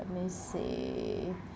me see